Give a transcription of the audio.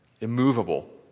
immovable